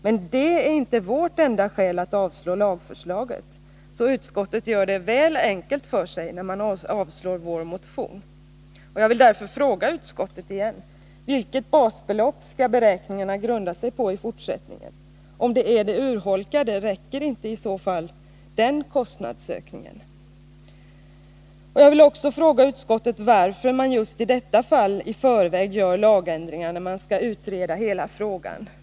Men det är inte vårt enda skäl för att yrka avslag på lagförslaget. Utskottet gör det alltså väl enkelt för sig, när man avstyrker vår motion. Jag vill därför fråga utskottet: Vilket basbelopp skall beräkningarna grunda sig på i fortsättningen? Om det är det urholkade, räcker inte i så fall den kostnadsökningen? Jag vill också fråga utskottet varför man just i detta fall i förväg gör lagändringar, trots att man skall utreda hela frågan.